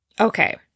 Okay